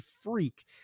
freak